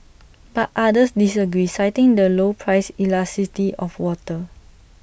but others disagree citing the low price elasticity of water